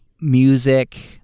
music